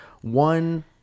One